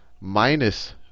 minus